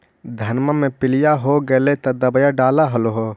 धनमा मे पीलिया हो गेल तो दबैया डालो हल?